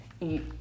eat